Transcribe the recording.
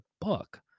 book